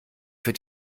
für